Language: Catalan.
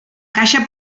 caixa